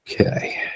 Okay